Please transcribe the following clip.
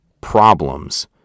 problems